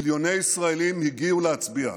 מיליוני ישראלים הגיעו להצביע.